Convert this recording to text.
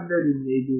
ಆದ್ದರಿಂದ ಇದು